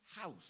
house